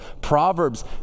Proverbs